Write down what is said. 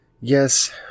Yes